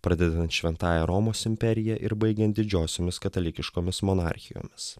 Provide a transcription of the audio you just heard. pradedant šventąja romos imperija ir baigiant didžiosiomis katalikiškomis monarchijomis